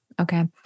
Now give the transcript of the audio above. Okay